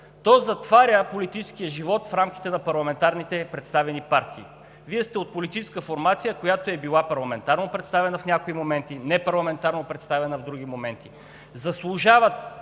То затваря политическия живот в рамките на парламентарно представените партии. Вие сте от политическа формация, която е била парламентарно представена в някои моменти, непарламентарно представена в други моменти.